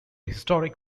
historic